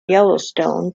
yellowstone